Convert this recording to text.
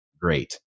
Great